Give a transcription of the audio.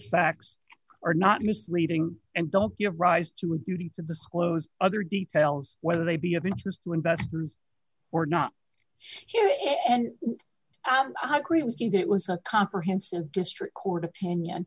facts are not misleading and don't give rise to a duty to disclose other details whether they be of interest to invest or not and i agree with you that it was a comprehensive district court opinion